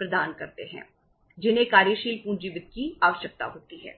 प्रदान करते हैं जिन्हें कार्यशील पूंजी वित्त की आवश्यकता होती है